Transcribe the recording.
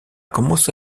commencé